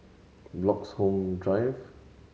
Bloxhome Drive